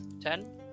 Ten